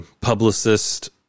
publicist